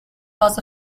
was